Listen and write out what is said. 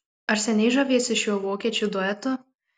ar seniai žaviesi šiuo vokiečių duetu